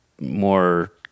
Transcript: more